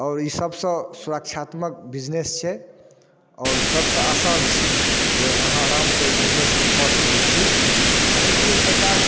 आओर ई सभ सँ सुरक्षात्मक बिजनेस छै आओर सभसँ आसान छै जे अहाँ आरामसँ ई बिजनेसके कऽ सकै छी आओर एहिके लेल सरकार